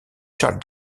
charlie